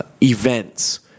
Events